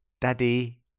Daddy